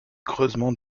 creusement